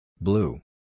Blue